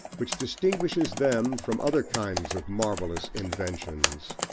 which distinguishes them from other kinds of marvellous inventions.